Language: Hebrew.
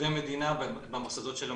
לעובדי מדינה במוסדות של המדינה.